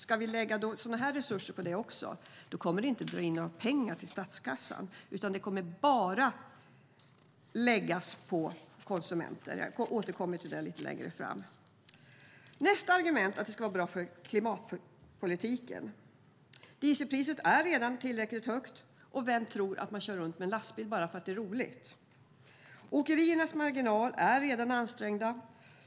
Ska vi lägga sådana här resurser på det kommer det inte att dra in några pengar till statskassan, utan det kommer bara att läggas på konsumenterna. Jag återkommer till det lite längre fram. Nästa argument är att det ska vara bra för klimatpolitiken. Dieselpriset är redan tillräckligt högt. Och vem tror att man kör runt med en lastbil bara för att det är roligt? Åkeriernas marginal är redan ansträngd.